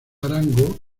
arango